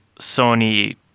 Sony